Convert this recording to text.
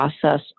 process